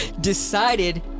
Decided